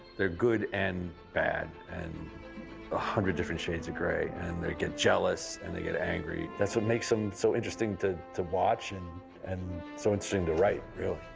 they're good and bad and one ah hundred different shades of gray, and they get jealous and they get angry. that's what makes them so interesting to to watch and and so interesting to write, really.